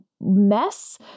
mess